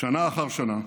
שנה אחר שנה,